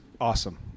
awesome